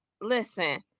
listen